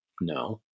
No